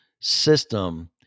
system